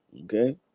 Okay